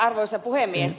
arvoisa puhemies